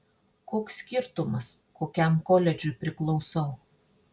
koks skirtumas kokiam koledžui priklausau